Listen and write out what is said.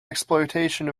exploitation